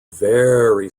very